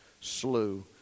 slew